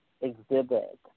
exhibit